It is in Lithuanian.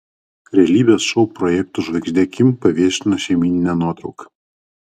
realybės šou projektų žvaigždė kim paviešino šeimyninę nuotrauką